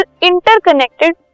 interconnected